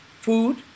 food